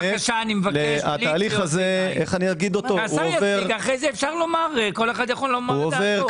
אחרי זה כל אחד יוכל לומר עמדתו.